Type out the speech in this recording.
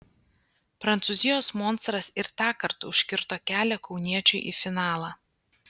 prancūzijos monstras ir tąkart užkirto kelią kauniečiui į finalą